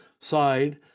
side